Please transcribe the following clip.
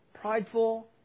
prideful